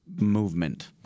movement